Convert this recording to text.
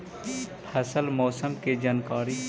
फसल मौसम के जानकारी?